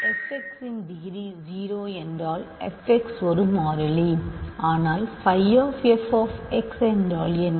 F x இன் degree 0 என்றால் f x ஒரு மாறிலி ஆனால் phi of f of x என்றால் என்ன